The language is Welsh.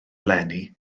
eleni